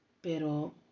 Pero